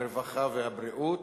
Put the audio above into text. הרווחה והבריאות.